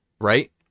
right